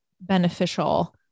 beneficial